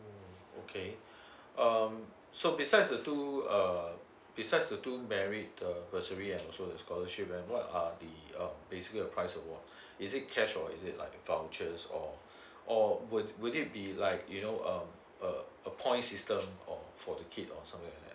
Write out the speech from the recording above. mm okay um so besides the two uh besides the two merit uh bursary and also the scholarship and what are the um basically the prize award is it cash or is it like vouchers or or would would it be like you know um uh a points system or for the kid or somewhere